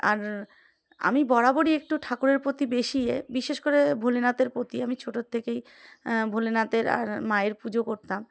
আর আমি বরাবরই একটু ঠাকুরের প্রতি বেশিয়ে বিশেষ করে ভোলেনাথের প্রতি আমি ছোটোর থেকেই ভোলেনাথের আর মায়ের পুজো করতাম